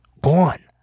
Gone